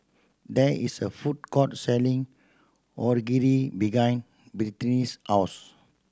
there is a food court selling Onigiri Brittanie's house